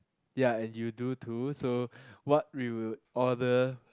ya and you do too so what we would order